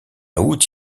août